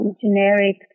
generic